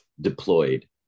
deployed